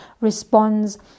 responds